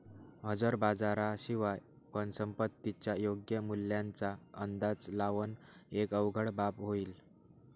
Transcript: हजर बाजारा शिवाय पण संपत्तीच्या योग्य मूल्याचा अंदाज लावण एक अवघड बाब होईल